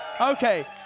Okay